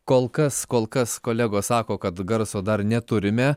kol kas kol kas kolegos sako kad garso dar neturime